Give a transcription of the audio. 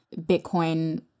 Bitcoin